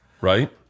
right